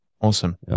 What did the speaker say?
Awesome